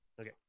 Okay